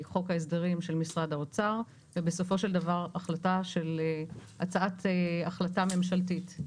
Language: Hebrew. חוק ההסדרים של משרד האוצר ובסופו של דבר הצעת החלטה ממשלתית.